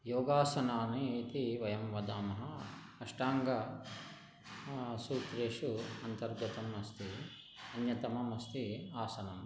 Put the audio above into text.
योगासनानी इति वयं वदामः अष्टाङ्ग सूत्रेषु अन्तर्गतम् अस्ति अन्यतमम् अस्ति आसनं